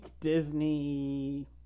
Disney